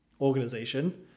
organization